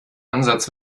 ansatz